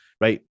right